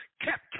kept